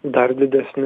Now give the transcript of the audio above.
dar didesniu